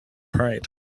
pride